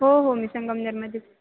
हो हो मी संगमनेरमध्येच